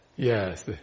Yes